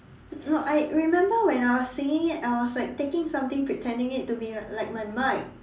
no I remember when I was singing it I was like taking something pretending it to be like my mic